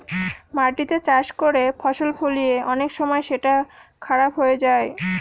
মাটিতে চাষ করে ফসল ফলিয়ে অনেক সময় সেটা খারাপ হয়ে যায়